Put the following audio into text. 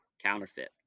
counterfeit